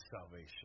salvation